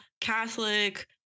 catholic